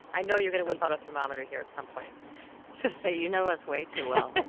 i know you're going to whip out a thermometer here at some point so so you know us way too well.